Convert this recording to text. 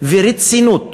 ורצינות